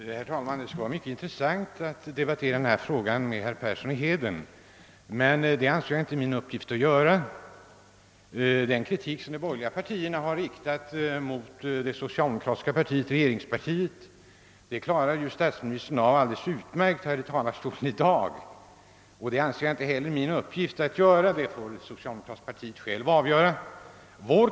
Herr talman! Det skulle vara mycket intressant att debattera denna fråga med herr Persson i Heden, men det anser jag inte är min uppgift att göra. Den kritik som de borgerliga partierna riktat mot det socialdemokratiska partiet klarade ju statsministern av alldeles utmärkt i talarstolen tidigare i dag. Jag anser inte att det är min uppgift att bemöta den — det får representanterna för det socialdemokratiska partiet själva göra.